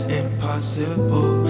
impossible